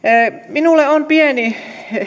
minulle on pieni